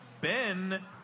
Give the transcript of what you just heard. Ben